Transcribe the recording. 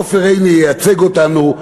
עופר עיני ייצג אותנו,